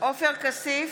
עופר כסיף,